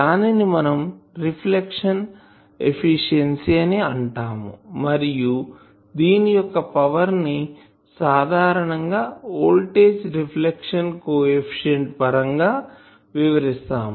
దానిని మనం reflection efficiency అని అంటాము మరియు దీని యొక్క పవర్ ని సాధారణం గా వోల్టాజ్ రిఫ్లెక్షన్ కోఎఫిషిఎంట్ పరం గా వివరిస్తాము